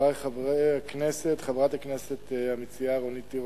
חברי חברי הכנסת, חברת הכנסת המציעה רונית תירוש,